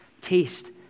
taste